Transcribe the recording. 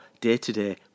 day-to-day